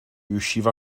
riusciva